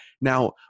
Now